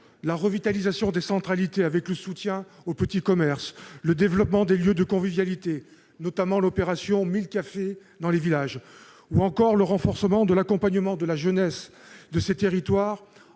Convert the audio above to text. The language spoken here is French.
la revitalisation des centralités, avec le soutien aux petits commerces, le développement des lieux de convivialité, notamment l'opération 1 000 cafés dans les villages, ou encore le renforcement de l'accompagnement de la jeunesse de ces territoires,